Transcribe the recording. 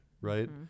right